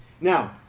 Now